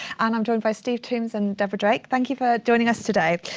and i'm joined by steve tombs and deborah drake. thank you for joining us today.